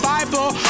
Bible